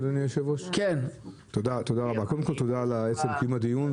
אדוני היושב-ראש תודה על קיום הדיון,